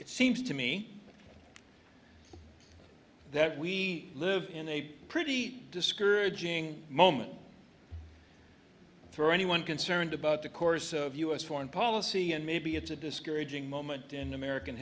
it seems to me that we live in a pretty discouraging moment for anyone concerned about the course of us foreign policy and maybe it's a discouraging moment in american